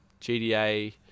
GDA